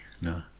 no